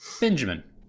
benjamin